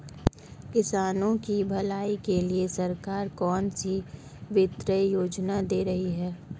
किसानों की भलाई के लिए सरकार कौनसी वित्तीय योजना दे रही है?